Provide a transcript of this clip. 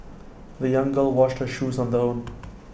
the young girl washed her shoes on her own